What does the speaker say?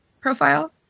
profile